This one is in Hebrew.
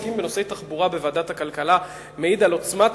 עוסקים בנושאי תחבורה בוועדת הכלכלה מעיד על עוצמת